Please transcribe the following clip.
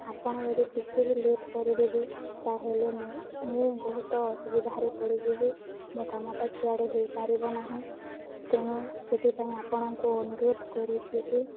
ଆପଣ ଯଦି ଟିକେ ବି ଲେଟ୍ କରିଦେବେ ତାହେଲେ ମୁଁ ମୁଁ ବହୁତ ଅସୁବିଧାରେ ପଡ଼ିଯିବି ମୋ କାମଟା ସିଆଡ଼େ ହେଇପାରିବ ନାହିଁ ତେଣୁ ସେଥିପାଇଁ ଆପଣଙ୍କୁ ଅନୁରୋଧ କରୁଛି ଯେ